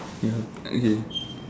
ya okay